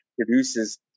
produces